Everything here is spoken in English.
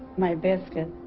my biscuit